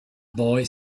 boy